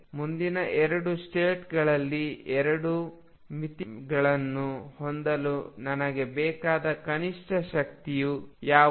ಮುಂದಿನ ಎರಡು ಸ್ಟೇಟ್ಗಳಲ್ಲಿ ಎರಡು ಮಿತಿಗಳನ್ನು ಹೊಂದಲು ನನಗೆ ಬೇಕಾದ ಕನಿಷ್ಠ ಶಕ್ತಿ ಯಾವುದು